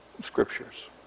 scriptures